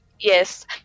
Yes